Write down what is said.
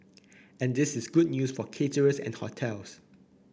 and this is good news for caterers and hotels